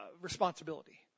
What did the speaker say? responsibility